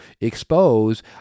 expose